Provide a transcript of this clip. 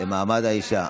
למעמד האישה.